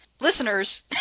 Listeners